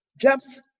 jumps